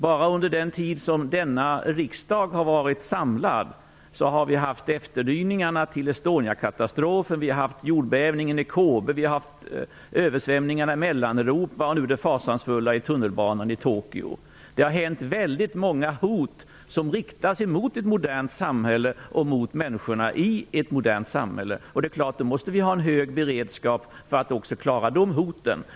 Bara under den tid som denna riksdag varit samlad har vi haft efterdyningarna av Estoniakatastrofen, jordbävningen i Kobe, översvämningarna i Mellaneuropa och nu senast det fasansfulla som hänt i tunnelbanan i Tokyo. Väldigt många hot har riktats mot det moderna samhället och mot människorna i detta. Det är klart att vi måste ha en hög beredskap för att också kunna klara sådana hot.